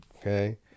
Okay